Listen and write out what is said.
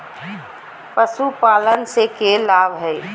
पशुपालन से के लाभ हय?